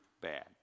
bad